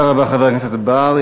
תודה רבה, חבר הכנסת בר.